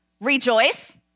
rejoice